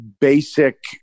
basic